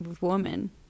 woman